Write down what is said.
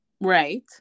Right